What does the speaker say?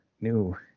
new